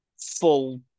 full